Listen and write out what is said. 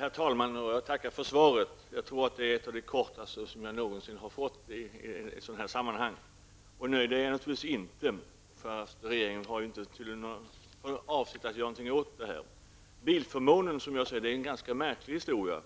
Herr talman! Jag tackar för svaret. Jag tror att det är ett av de kortaste svar som jag någonsin har fått i ett sådant här sammanhang. Och nöjd är jag naturligtvis inte, eftersom regeringen tydligen inte har någon avsikt att göra något åt detta. Bilförmånen är, som jag ser den, en ganska märklig historia